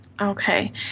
Okay